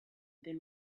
then